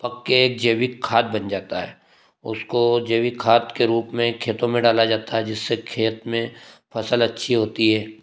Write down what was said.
पक के जैविक खाद बन जाता है उसको जैविक खाद के रूप में खेतों में डाला जाता है जिससे खेत में फसल अच्छी होती है